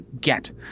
get